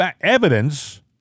evidence